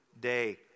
day